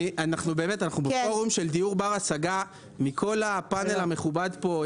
אנחנו בפורום בר השגה מכל הפאזל המכובד פה.